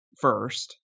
first